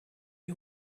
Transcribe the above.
die